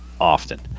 often